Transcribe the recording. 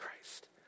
Christ